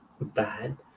bad